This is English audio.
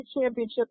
championship